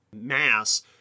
mass